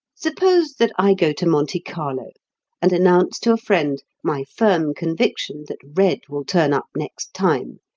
suppose that i go to monte carlo and announce to a friend my firm conviction that red will turn up next time,